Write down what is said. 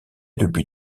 depuis